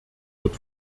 wird